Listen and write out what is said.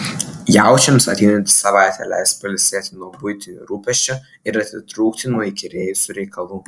jaučiams ateinanti savaitė leis pailsėti nuo buitinių rūpesčių ir atitrūkti nuo įkyrėjusių reikalų